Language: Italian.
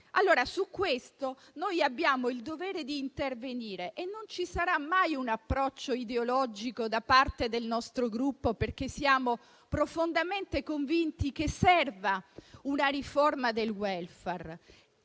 Su questo noi abbiamo il dovere di intervenire e su questo non vi sarà mai un approccio ideologico da parte del nostro Gruppo, perché siamo profondamente convinti che serva una riforma del *welfare*.